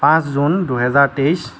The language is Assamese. পাঁচ জুন দুহেজাৰ তেইছ